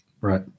Right